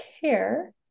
care